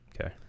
Okay